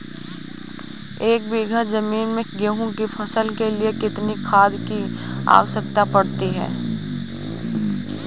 एक बीघा ज़मीन में गेहूँ की फसल के लिए कितनी खाद की आवश्यकता पड़ती है?